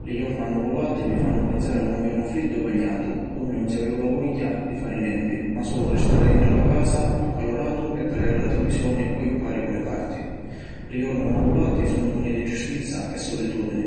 Li jorna annuvulati mi fannu pinsari a lu nvernu friddu e vagnatu, unni ‘un si havi la vogghia di fari nenti ma sulu ristari dintra la casa, accaluratu e taliari la televisioni o jucari cu li carti. Li jorna annuvulati sunnu chini di tristizza e sulitudini.